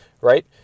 right